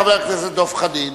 חבר הכנסת דב חנין,